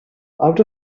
out